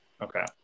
okay